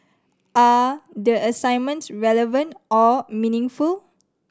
are the assignments relevant or meaningful